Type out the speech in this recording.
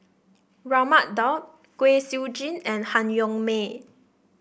Raman Daud Kwek Siew Jin and Han Yong May